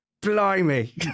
Blimey